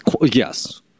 Yes